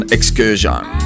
Excursion